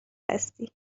هستی